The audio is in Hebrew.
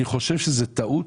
אני חושב שזאת טעות,